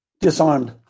disarmed